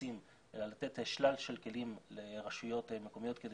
ויועצים אלא לתת שלל של כלים לרשויות מקומיות כדי